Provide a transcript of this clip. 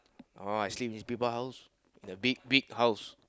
oh I sleep in people house the big big house